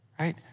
right